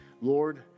Lord